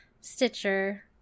Stitcher